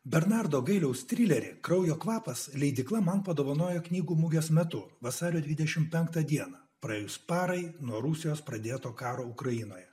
bernardo gailiaus trilerį kraujo kvapas leidykla man padovanojo knygų mugės metu vasario dvidešim penktą dieną praėjus parai nuo rusijos pradėto karo ukrainoje